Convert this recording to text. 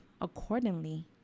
accordingly